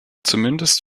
zumindest